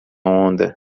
onda